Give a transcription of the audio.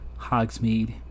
Hogsmeade